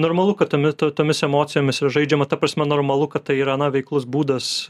normalu kad tomi t tomis emocijomis yra žaidžiama ta prasme normalu kad tai yra na veiklos būdas